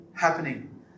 happening